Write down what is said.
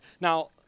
Now